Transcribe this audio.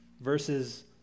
versus